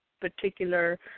particular